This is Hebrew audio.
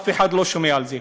אף אחד לא שומע על זה.